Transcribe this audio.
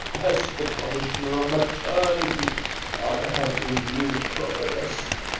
as the commissioner of maternity i am immune from arrest,